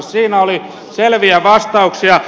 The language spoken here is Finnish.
siinä oli selviä vastauksia